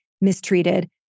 mistreated